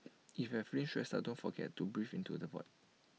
if you are feeling stressed out don't forget to breathe into the void